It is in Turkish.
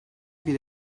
bir